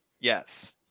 Yes